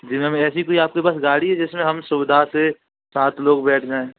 जी ma'am ऐसी कोई आपके पास गाड़ी है जिससे हम सुविधा से सात लोग बैठ जाएँ